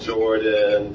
Jordan